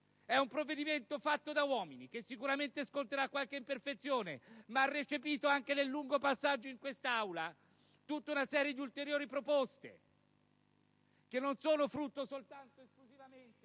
è un provvedimento fatto da uomini, che sicuramente sconterà qualche imperfezione, ma ha recepito, anche nel lungo passaggio in quest'Aula, tutta una serie di ulteriori proposte che non sono frutto esclusivamente